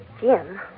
Jim